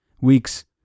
weeks